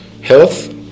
health